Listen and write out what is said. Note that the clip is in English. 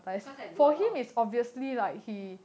cause I do a lot of